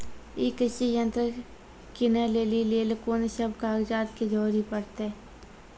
ई कृषि यंत्र किनै लेली लेल कून सब कागजात के जरूरी परतै?